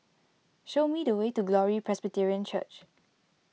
show me the way to Glory Presbyterian Church